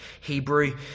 hebrew